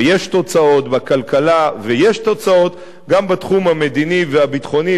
ויש תוצאות בכלכלה ויש תוצאות גם בתחום המדיני והביטחוני,